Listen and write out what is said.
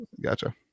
Gotcha